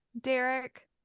Derek